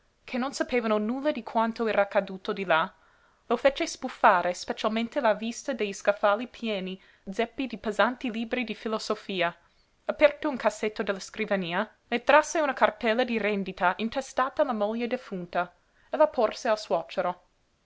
che non sapevano nulla di quanto era accaduto di là lo fece sbuffare specialmente la vista degli scaffali pieni zeppi di pesanti libri dl filosofia aperto un cassetto della scrivania ne trasse una cartella di rendita intestata alla moglie defunta e la porse al suocero